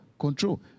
Control